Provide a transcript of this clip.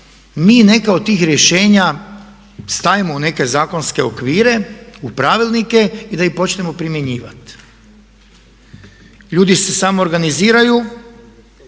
mi neke od tih rješenja stavimo u neke zakonske okvire, u pravilnike i da ih počnemo primjenjivati. Ljudi se samoorganiziraju